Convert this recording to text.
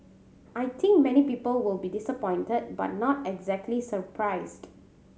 I think many people will be disappointed but not exactly surprised